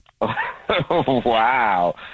Wow